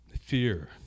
Fear